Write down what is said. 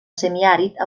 semiàrid